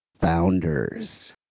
founders